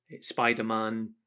Spider-Man